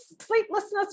sleeplessness